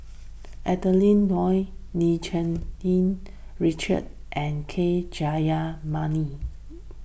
Adeline Ooi Lim Cherng Yih Richard and K Jayamani